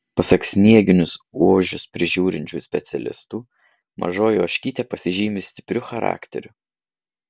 pasak snieginius ožius prižiūrinčių specialistų mažoji ožkytė pasižymi stipriu charakteriu